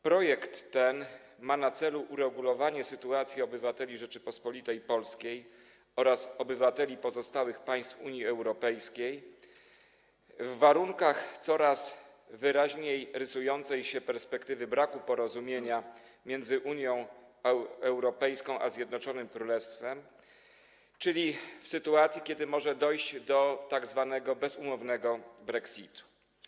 Projekt ma na celu uregulowanie sytuacji obywateli Rzeczypospolitej Polskiej oraz obywateli pozostałych państw Unii Europejskiej w warunkach coraz wyraźniej rysującej się perspektywy braku porozumienia między Unią Europejską a Zjednoczonym Królestwem, czyli w sytuacji, kiedy może dojść do tzw. bezumownego brexitu.